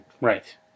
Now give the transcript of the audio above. Right